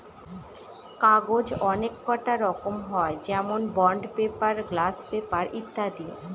কাগজের অনেককটা রকম হয় যেমন বন্ড পেপার, গ্লাস পেপার ইত্যাদি